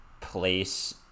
place